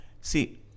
see